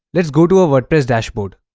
let's go to our wordpress dashboard